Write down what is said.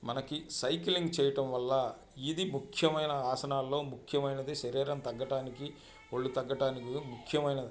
మనకి సైక్లింగ్ చేయటం వల్ల ఇది ముఖ్యమైన ఆసనాల్లో ముఖ్యమైనది శరీరం తగ్గటానికి ఒళ్ళు తగ్గటానికి ముఖ్యమైనది